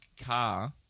car